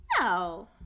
No